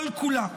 כל-כולה